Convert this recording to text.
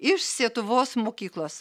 iš sietuvos mokyklos